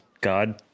god